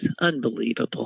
Unbelievable